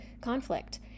conflict